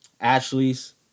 Ashley's